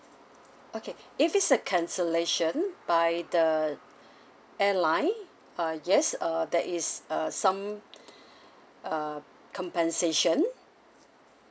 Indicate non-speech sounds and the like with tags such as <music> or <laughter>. okay <breath> if it's a cancellation by the <breath> airline uh yes uh there is uh some <breath> uh compensation